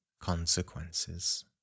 consequences